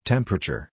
Temperature